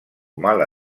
mala